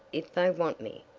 if they want me,